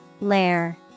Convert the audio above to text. Lair